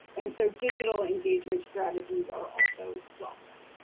and so digital engagement strategies are also welcome.